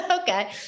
Okay